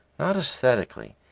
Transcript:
not aesthetically,